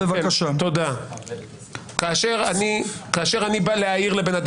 אני עכשיו ברשות דיבור.